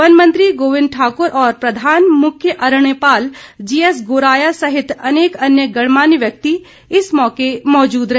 one मंत्री गोविंद ठाकुर और प्रधान मुख्य अरण्यपाल जीएस गोराया सहित अनेक अन्य गणमान्य व्यक्ति इस मौके मौजूद रहे